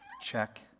check